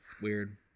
Weird